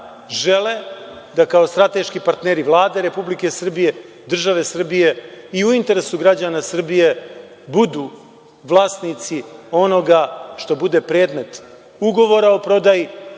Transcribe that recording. žele da kao strateški partneri Vlade Republike Srbije, države Srbije i u interesu građana Srbije budu vlasnici onoga što bude predmet ugovora o prodaji,